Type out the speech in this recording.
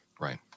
Right